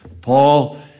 Paul